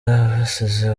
abasize